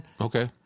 Okay